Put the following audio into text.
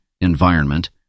environment